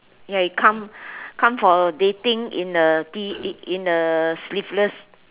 ya you come come for dating in a T in in a sleeveless